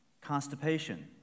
constipation